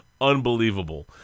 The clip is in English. Unbelievable